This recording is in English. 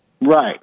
Right